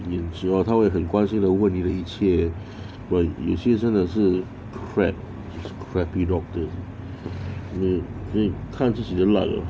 有时候他会很关心那种问你的一切 but 有些真的是 crap crappy doctor 你你看自己的 luck